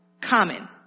common